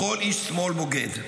בכל איש שמאל, בוגד.